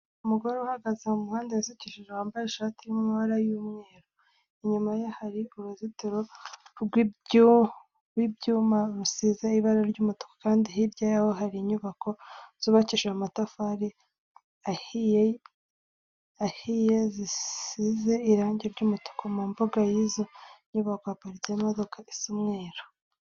Umugore uhagaze mu muhanda wisukishije, wambaye ishati irimo amabara y'umweru. Inyuma ye hari uruzitiro rw'ibyuma rusize ibara ry'umutuku kandi hirya yaho hari inyubako zubakishije amatafari ahiye zisize irange ry'imutuku. Mu mbuga y'izo nyubako haparitsemo imodoka isa umweru.